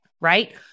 right